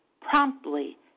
promptly